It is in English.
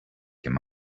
him